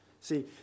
See